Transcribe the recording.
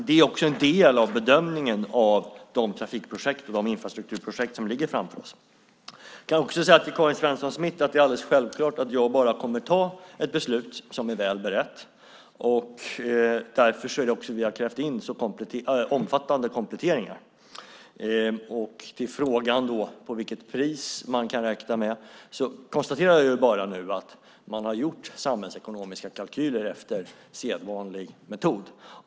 Det är också en del av bedömningen när det gäller de trafikprojekt och de infrastrukturprojekt som ligger framför oss. Jag kan också säga till Karin Svensson Smith att det är alldeles självklart att jag bara kommer att ta ett beslut som är väl berett. Det är också därför som vi har krävt in så omfattande kompletteringar. När det gäller frågan om vilket pris man kan räkna med konstaterar jag bara att det har gjorts samhällsekonomiska kalkyler efter sedvanlig metod.